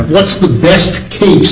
what's the best case